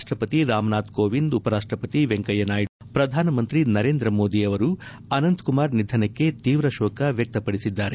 ರಾಷ್ಟ ಪತಿ ರಾಮನಾಥ್ ಕೋವಿಂದ್ ಉಪರಾಷ್ಟ ಪತಿ ವೆಂಕಯ್ಯ ನಾಯ್ದು ಮತ್ತು ಪ್ರಧಾನಮಂತ್ರಿ ನರೇಂದ್ರ ಮೋದಿ ಅವರು ಅನಂತಕುಮಾರ್ ನಿಧನಕ್ಕೆ ತೀವ್ರ ಶೋಕ ವ್ಯಕ್ತಪದಿಸಿದ್ದಾರೆ